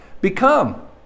become